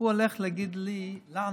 הוא הולך להגיד לי, לנו,